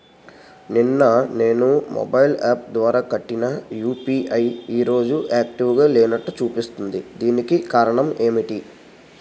నిన్న నేను mobile app ద్వారా కట్టిన యు.పి.ఐ ఈ రోజు యాక్టివ్ గా లేనట్టు చూపిస్తుంది దీనికి కారణం ఏమిటి?